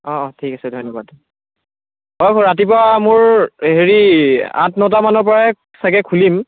অঁ অঁ ঠিক আছে ধন্যবাদ অঁ ৰাতিপুৱা মোৰ হেৰি আঠ নটা মানৰ পৰাই ছাগৈ খুলিম